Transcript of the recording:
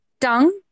Tongue